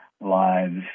lives